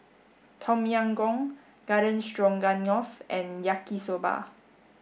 Tom Yam Goong Garden Stroganoff and Yaki Soba